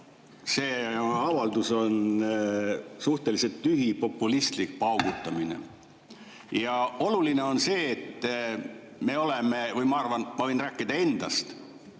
See avaldus on suhteliselt tühi, populistlik paugutamine. Ja oluline on see, et me oleme, ma arvan – ma võin rääkida endast